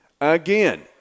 Again